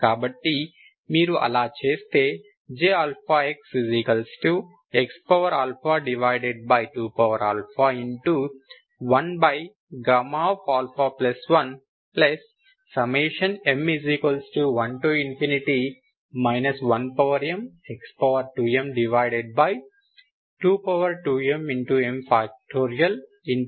కాబట్టి మీరు అలా చేస్తే J x2 1α1m1 1mx2m22mm